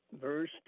verse